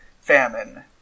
famine